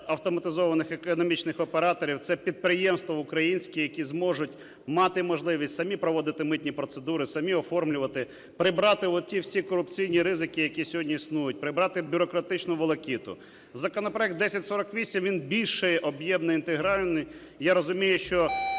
автоматизованих економічних операторів, це підприємства українські, які зможуть мати можливість самі проводити митні процедури, самі оформлювати, прибрати ті всі корупційні ризики, які сьогодні існують, прибрати бюрократичну волокіту. Законопроект 1048, він більш об'ємний, інтегральний і я розумію, що